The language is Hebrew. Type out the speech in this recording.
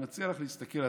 אני מציע לך להסתכל,